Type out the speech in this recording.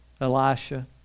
Elisha